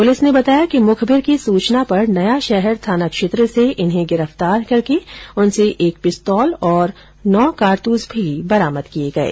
police सूत्रों ने बताया कि मुखबिर की सूचना पर नयाशहर थाना क्षेत्र से इन्हें गिरफ्तार करके उनसे एक पिस्तौल और नौ कारतुस भी बरामद किये गये